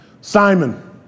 Simon